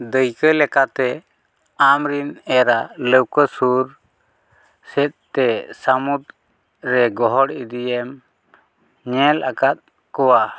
ᱫᱟᱹᱭᱠᱟᱹ ᱞᱮᱠᱟᱛᱮ ᱟᱢᱨᱮᱱ ᱮᱨᱟ ᱞᱟᱹᱣᱠᱟᱹ ᱥᱩᱨ ᱥᱮᱫᱛᱮ ᱥᱟᱹᱢᱩᱫᱽ ᱨᱮ ᱜᱚᱦᱚᱲ ᱤᱫᱤᱭᱮᱢ ᱧᱮᱞ ᱟᱠᱟᱫ ᱠᱚᱣᱟ